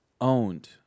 owned